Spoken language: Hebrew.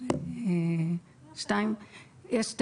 וחצי.